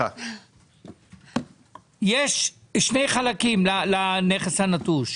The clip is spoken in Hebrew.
יש שני חלקים לנכס הנטוש: